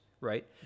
right